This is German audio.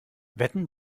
wetten